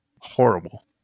horrible